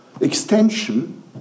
Extension